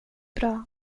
bra